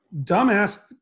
dumbass